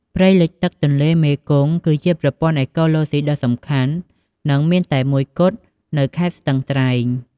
ព្រៃលិចទឹកទន្លេមេគង្គ គឺជាប្រព័ន្ធអេកូឡូស៊ីដ៏សំខាន់ និងមានតែមួយគត់នៅខេត្តស្ទឹងត្រែង។